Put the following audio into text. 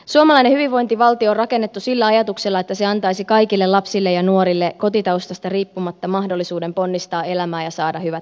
suomalainen hyvinvointivaltio on rakennettu sillä ajatuksella että se antaisi kaikille lapsille ja nuorille kotitaustasta riippumatta mahdollisuuden ponnistaa elämään ja saada hyvät lähtökohdat